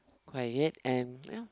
quiet and ya